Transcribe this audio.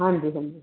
ਹਾਂਜੀ ਹਾਂਜੀ